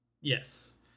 Yes